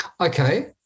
Okay